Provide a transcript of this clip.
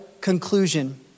conclusion